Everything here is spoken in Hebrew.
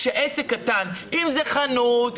כשאחד מעסק קטן יוצא לבידוד אם זה חנות,